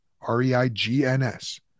R-E-I-G-N-S